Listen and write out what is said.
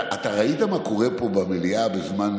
אתה ראית מה קורה פה במליאה בזמן,